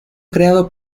creado